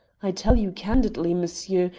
i tell you candidly, monsieur,